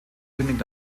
kündigt